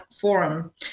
Forum